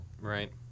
Right